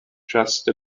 just